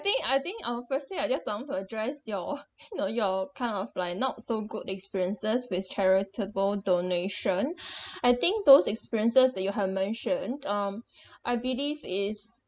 think I think will firstly I just want to address your your your kind of like not so good experiences with charitable donation I think those experiences that you have mentioned um I believe is